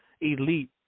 elite